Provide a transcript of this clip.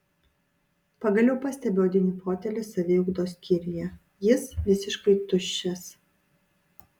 pagaliau pastebiu odinį fotelį saviugdos skyriuje jis visiškai tuščias